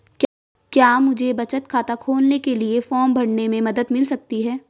क्या मुझे बचत खाता खोलने के लिए फॉर्म भरने में मदद मिल सकती है?